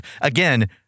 Again